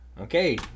Okay